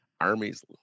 armies